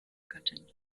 gattin